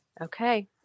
Okay